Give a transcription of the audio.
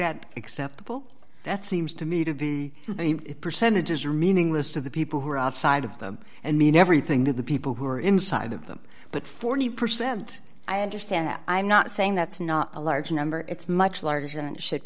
that acceptable that seems to me to be percentages are meaningless to the people who are outside of them and mean everything to the people who are inside of them but forty percent i understand that i'm not saying that's not a large number it's much larger than it should